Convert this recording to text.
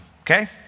okay